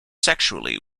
sexually